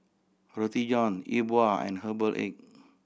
Roti John E Bua and herbal egg